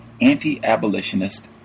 anti-abolitionist